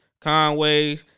Conway